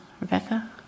Rebecca